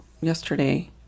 yesterday